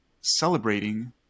celebrating